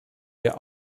wir